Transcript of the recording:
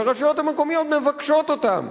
שהרשויות המקומיות מבקשות אותם,